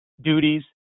duties